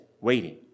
waiting